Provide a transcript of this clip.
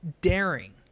daring